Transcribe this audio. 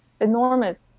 Enormous